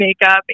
makeup